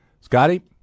Scotty